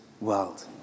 world